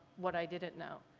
what i didn't know.